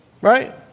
right